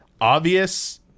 obvious